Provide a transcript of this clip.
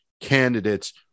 candidates